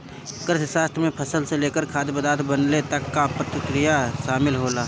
कृषिशास्त्र में फसल से लेकर खाद्य पदार्थ बनले तक कअ प्रक्रिया शामिल होला